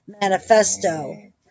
manifesto